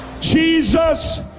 Jesus